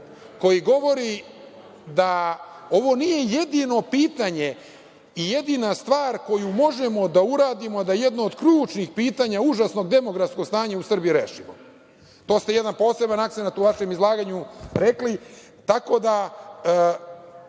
koji govori da ovo nije jedino pitanje i jedina stvar koju možemo da uradimo, a da jedno od ključnih pitanja užasnog demografskog stanja u Srbiji rešimo. To ste kao jedan poseban akcenat u vašem izlaganju rekli.